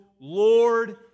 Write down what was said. Lord